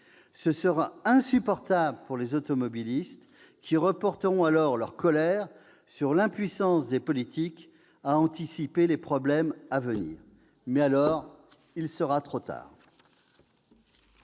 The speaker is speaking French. Ce sera insupportable pour les automobilistes, qui reporteront leur colère sur l'impuissance des politiques à anticiper les problèmes à venir. Mais, il sera alors trop